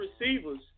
receivers